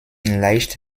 leicht